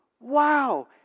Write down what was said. Wow